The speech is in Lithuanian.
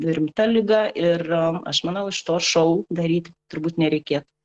rimta liga ir aš manau iš to šou daryt turbūt nereikėtų